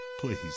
Please